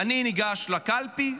אני ניגש לקלפי,